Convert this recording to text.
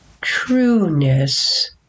trueness